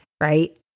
right